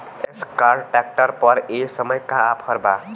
Escort tractor पर ए समय का ऑफ़र बा?